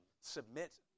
submit